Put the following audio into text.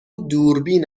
دوربین